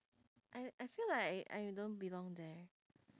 I I feel like I don't belong there